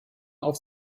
auf